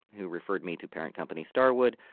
who referred me to parent company starwood,